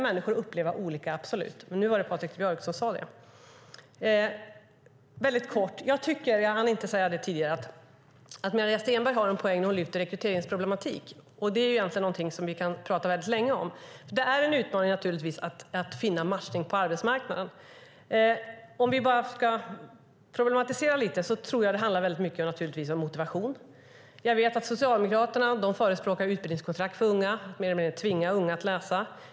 Människor kan uppleva det olika, absolut, men nu var det Patrik Björck som sade det. Jag hann inte säga det tidigare, men jag tycker att Maria Stenberg har en poäng när hon lyfter fram rekryteringsproblematik. Det är egentligen någonting vi kan prata väldigt länge om; det är naturligtvis en utmaning att finna matchning på arbetsmarknaden. Om vi ska problematisera lite tror jag att det naturligtvis handlar väldigt mycket om motivation. Jag vet att Socialdemokraterna förespråkar utbildningskontrakt för unga - att mer eller mindre tvinga unga att läsa.